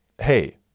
hey